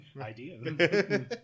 Idea